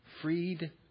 freed